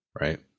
right